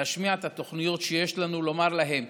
להשמיע את התוכניות שיש לנו לומר להם,